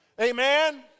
Amen